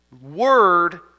word